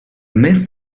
myth